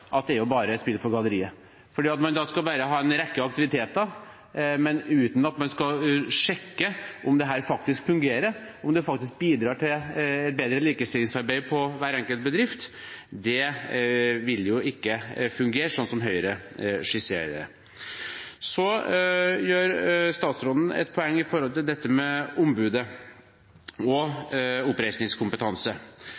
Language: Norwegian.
en aktivitetsplikt, skjønner jo alle at det er et spill for galleriet. Å ha en rekke aktiviteter uten å sjekke om det faktisk fungerer, om det faktisk bidrar til bedre likestillingsarbeid på hver enkelt bedrift, vil ikke fungere slik Høyre skisserer det. Statsråden gjør et poeng av dette med ombudet og